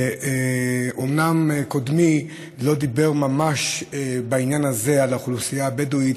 אומנם קודמי לא דיבר ממש בעניין הזה על האוכלוסייה הבדואית,